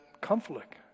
conflict